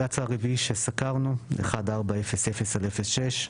הבג"צ הרביעי שסקרנו, 1400/06,